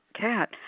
cat